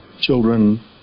children